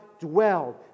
dwelled